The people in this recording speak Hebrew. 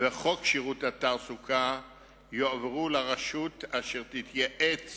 וחוק שירות התעסוקה יועברו לרשות, והיא תתייעץ